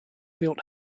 built